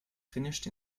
finished